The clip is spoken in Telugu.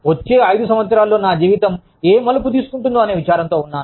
వచ్చే ఐదు సంవత్సరాల్లో నా జీవితం ఏ మలుపు తీసుకుంటుందో అనే విచారంతో ఉన్నాను